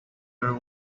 her